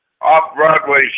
off-Broadway